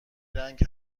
رنگ